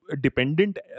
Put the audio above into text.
dependent